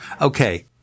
Okay